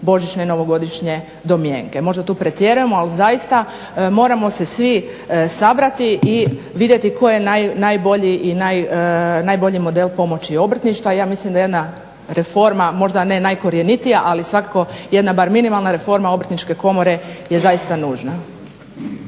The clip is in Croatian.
božićne i novogodišnje domjenke. Možda tu pretjerujemo, ali zaista moramo se svi sabrati i vidjeti koji je najbolji model pomoći obrtništvu, a ja mislim da jedna reforma možda ne najkorjenitija ali svakako jedna bar minimalna reforma Obrtničke komore je zaista nužna.